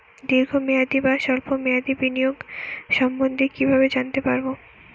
দীর্ঘ মেয়াদি বা স্বল্প মেয়াদি বিনিয়োগ সম্বন্ধে কীভাবে জানতে পারবো?